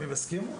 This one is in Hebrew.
אני מסכים.